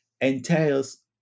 entails